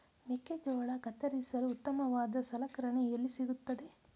ಮೆಕ್ಕೆಜೋಳ ಕತ್ತರಿಸಲು ಉತ್ತಮವಾದ ಸಲಕರಣೆ ಎಲ್ಲಿ ಸಿಗುತ್ತದೆ?